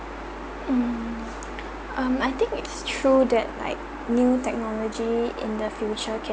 mm um I think it's true that like new technology in the future